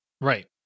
right